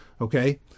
Okay